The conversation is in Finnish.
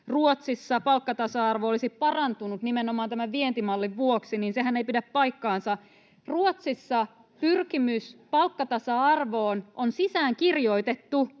Ruotsissa palkkatasa-arvo olisi parantunut nimenomaan tämän vientimallin vuoksi: Sehän ei pidä paikkaansa. Ruotsissa pyrkimys palkkatasa-arvoon on sisäänkirjoitettu